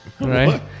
Right